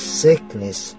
sickness